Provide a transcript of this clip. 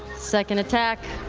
second attack.